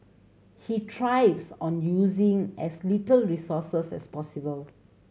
he thrives on using as little resources as possible